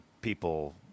people